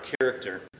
character